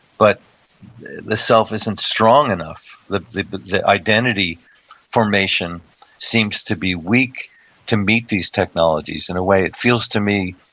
but the self isn't strong enough. the the but identity formation seems to be weak to meet these technologies. in a way, it feels to me,